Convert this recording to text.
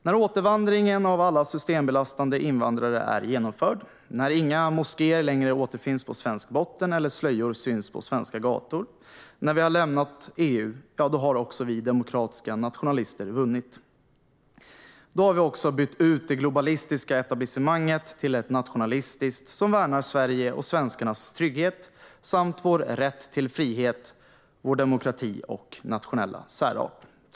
När återvandringen av alla systembelastande invandrare är genomförd, när inga moskéer längre återfinns på svensk botten, när inga slöjor syns på svenska gator och när vi har lämnat EU har vi demokratiska nationalister vunnit. Då har vi också bytt ut det globalistiska etablissemanget mot ett nationalistiskt som värnar Sverige och svenskarnas trygghet samt vår rätt till frihet, vår demokrati och vår nationella särart.